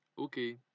Okay